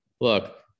Look